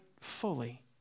fully